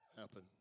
happen